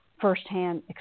firsthand